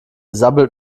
sabbelt